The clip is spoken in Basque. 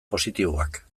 positiboak